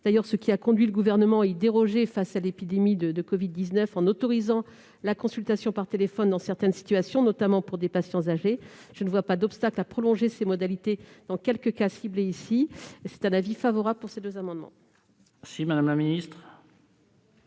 d'ailleurs ce qui a conduit le Gouvernement à y déroger face à l'épidémie de covid-19, en autorisant la consultation par téléphone dans certaines situations, notamment pour des patients âgés. Je ne vois pas d'obstacle à prolonger ces modalités dans les cas peu nombreux visés par les amendements. La commission